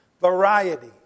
Variety